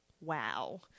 Wow